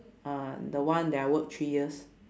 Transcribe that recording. uh the one that I work three years